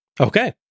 Okay